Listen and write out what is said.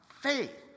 faith